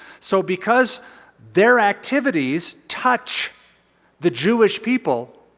so because their activities touch the jewish people,